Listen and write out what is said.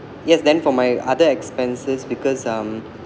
yes then for my other expenses because um